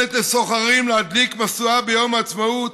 שנותנת לסוחרים להדליק משואה ביום העצמאות